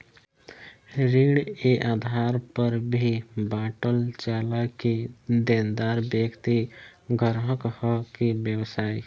ऋण ए आधार पर भी बॉटल जाला कि देनदार व्यक्ति ग्राहक ह कि व्यवसायी